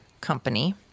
company